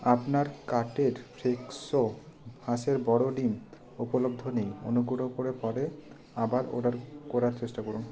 আপনার কার্টের ফ্রেশো হাঁসের বড় ডিম উপলব্ধ নেই অনুগ্রহ করে পরে আবার অর্ডার করার চেষ্টা করুন